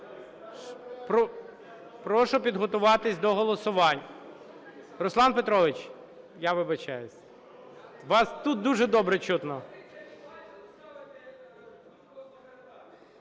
Прошу підготуватися до голосування. Руслан Петрович, я вибачаюсь, вас тут дуже добре чутно.